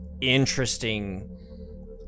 interesting